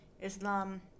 islam